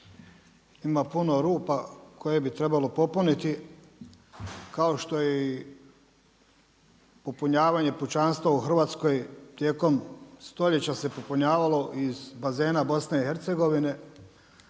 ima puno rupa koje bi trebalo popuniti, kao što je i popunjavanje pučanstva u Hrvatskoj tijekom stoljeća se popunjavalo iz bazena BIH.